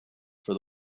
for